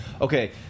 okay